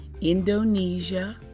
Indonesia